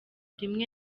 rimwe